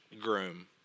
groom